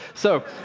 so